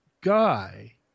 guy